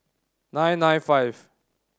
nine nine five